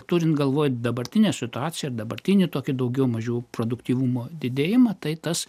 turint galvoje dabartinę situaciją ir dabartinį tokį daugiau mažiau produktyvumo didėjimą tai tas